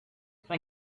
can